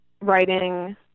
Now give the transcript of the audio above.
writing